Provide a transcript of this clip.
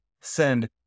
send